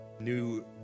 new